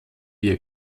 via